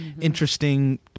interesting